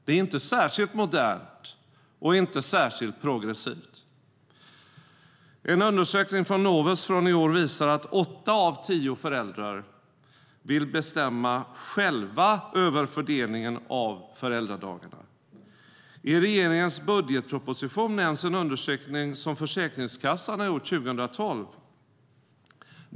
Det är inte särskilt modernt och inte särskilt progressivt. En undersökning från Novus från i år visar att åtta av tio föräldrar själva vill bestämma över fördelningen av föräldradagarna. I regeringens budgetproposition nämns en undersökning som Försäkringskassan har gjort 2012.